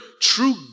true